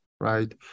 right